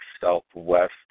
southwest